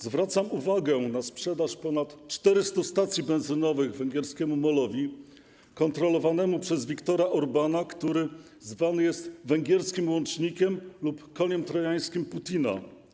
Zwracam uwagę na sprzedaż ponad 400 stacji benzynowych węgierskiemu MOL-owi kontrolowanemu przez Wiktora Orbána, który zwany jest węgierskim łącznikiem lub koniem trojańskim Putina.